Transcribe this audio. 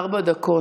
ארבע דקות,